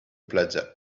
plaza